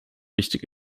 wichtig